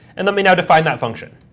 and let me now define that function.